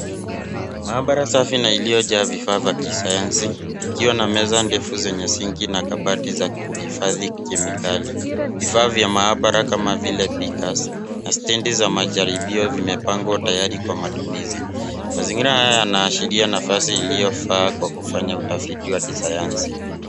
Maambara safi na iliojaa vifaa vya kisayansi, ikiwa na meza ndefu zenye [c.s]sink[c.s] na kabati za kuhifadhi kemekali, vifaa vya maambara kama vile BEAKERS na stendi za majaribio zimepanga tayari kwa matumizi. Mazingira haya yanaachilia nafasi iliyofaa kwa kufanya utafiti wa kisayansi.